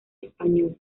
español